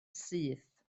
syth